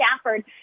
Stafford